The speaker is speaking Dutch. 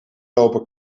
lopen